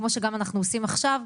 כמו שגם אנחנו עושים עכשיו,